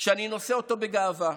שאני נושא אותו בגאווה: